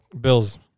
Bills